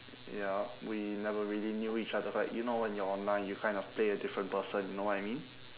yup we never really knew each other cause like you know when you are online you kind of play a different person you know what I mean